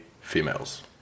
females